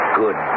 good